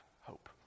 hope